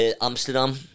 amsterdam